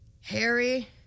Harry